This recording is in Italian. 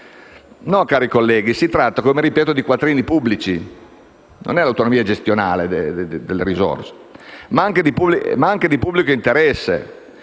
No, onorevoli colleghi, si tratta, come ripeto, di quattrini pubblici, non di autonomia gestionale delle risorse, ed anche di pubblico interesse.